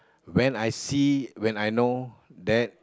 when I see when I know that